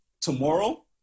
tomorrow